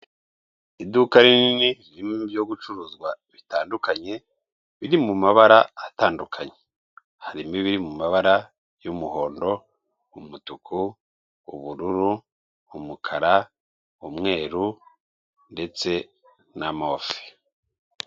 Iduka rinini ririmo ibyo gucuruzwa bitandukanye biri mu mabara atandukanye, harimo ibiri mu mabara y'umuhondo, umutuku, ubururu, umukara, umweru ndetse na move.